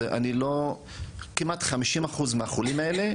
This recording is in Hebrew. כמעט 50% מהחולים האלה,